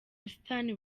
busitani